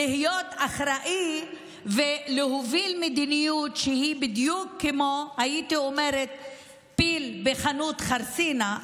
להיות אחראי ולהוביל מדיניות שהיא בדיוק כמו פיל בחנות חרסינה,